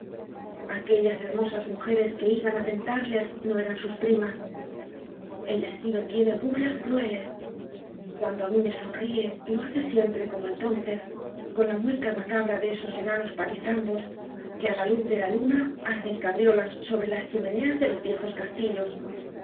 aquellas hermosas mujeres que iban á ten tarles no eran sus primas el destino tiene burlas crueles cuando á mí me sonríe lo hace siempre como entonces con la mueca macabra de esos enanos patizambos que á la luz de la luna hacen cabriolas sobre las chi meneas de los viejos castillos